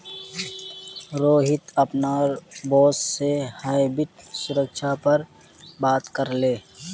रोहित अपनार बॉस से हाइब्रिड सुरक्षा पर बात करले